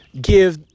give